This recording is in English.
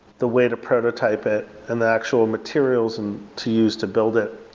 the way to prototype it and the actual materials and to use to build it?